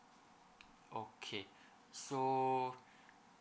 okay so